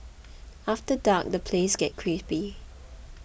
after dark the place gets creepy